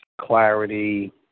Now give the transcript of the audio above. clarity